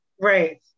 Right